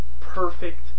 perfect